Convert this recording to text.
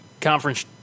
conference